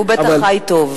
והוא בטח חי טוב.